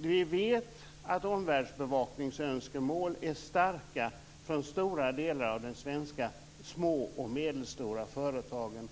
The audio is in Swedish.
Vi vet att önskemålen om omvärldsbevakning är starka från många av Sveriges små och medelstora företag.